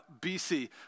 BC